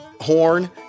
horn